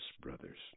Brothers